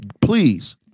please